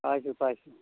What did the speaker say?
পাইছোঁ পাইছোঁ